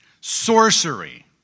sorcery